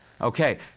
Okay